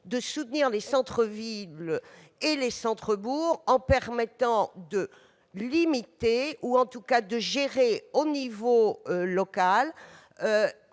de soutenir les centres-villes et les centres-bourgs en permettant de limiter ou, en tout cas, de gérer à l'échelon local